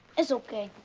it's ok.